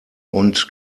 und